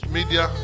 Media